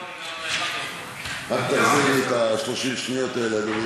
רק תחזיר לי את 30 השניות האלה.